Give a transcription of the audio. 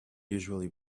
usually